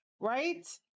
Right